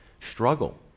struggle